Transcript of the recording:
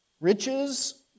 Riches